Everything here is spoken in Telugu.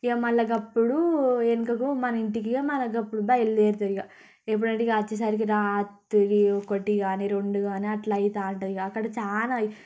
ఇక మళ్ళీ అప్పుడు వెనుకకి మన ఇంటికి మనకి అప్పుడు బయలుదేరుతారు ఇక ఎప్పుడు అంటే ఇక వచ్చేసరికి రాత్రి ఒకటి కానీ రెండు కానీ అట్లా అవుతూ ఉంటుంది ఇక అక్కడ చాలా